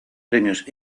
premios